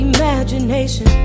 Imagination